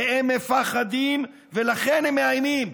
והם מפחדים ולכן הם מאיימים.